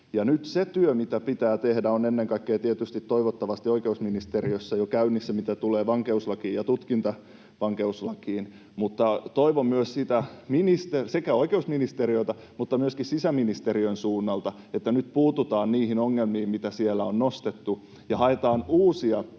nyt se työ, mitä pitää tehdä, on ennen kaikkea tietysti toivottavasti oikeusministeriössä jo käynnissä, mitä tulee vankeuslakiin ja tutkintavankeuslakiin, mutta toivon myös sekä oikeusministeriöltä että myöskin sisäministeriön suunnalta, että nyt puututaan niihin ongelmiin, mitä siellä on nostettu, ja haetaan uusia